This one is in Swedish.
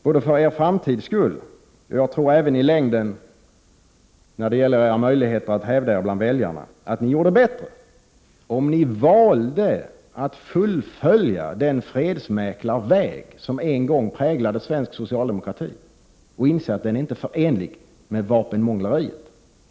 Både för er framtids skull och i längden även för era möjligheter att hävda er bland väljarna tror jag att ni gjorde bättre om ni valde att fullfölja den fredsmäklarväg som en gång präglade svensk socialdemokrati och inse att den inte är förenlig med vapenmångleriet.